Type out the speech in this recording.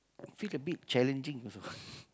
feel a bit challenging also